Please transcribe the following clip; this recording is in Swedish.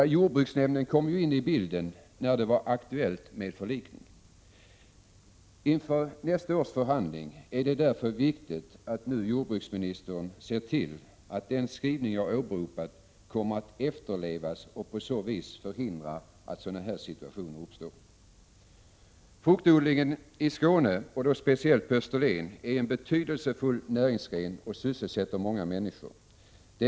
Jordbruksnämnden kom in i bilden först när det var aktuellt med förlikning. Inför nästa års förhandling är det därför viktigt att jordbruksministern ser till att den skrivning jag åberopat kommer att efterlevas och på så vis förhindrar att sådana här situationer uppstår. Fruktodlingen i Skåne, speciellt på Österlen, är en betydelsefull näringsgren som sysselsätter många människor.